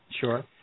Sure